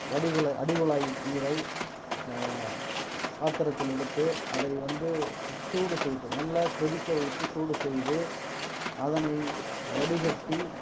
வடிகுழாய் அடிகுழாய் நீரை பாத்திரத்தில் எடுத்து அதை வந்து சூடு செய்து நல்லா கொதிக்க வைத்து சூடு செய்து அதனை வடிகட்டி